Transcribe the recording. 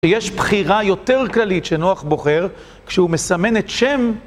ויש בחירה יותר כללית שנוח בוחר כשהוא מסמן את שם